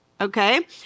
okay